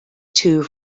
two